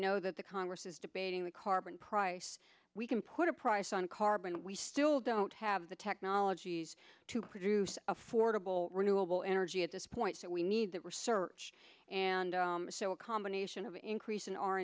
know that the congress is debating the carbon price we can put it price on carbon we still don't have the technologies to produce affordable renewable energy at this point so we need the research and so a combination of increasing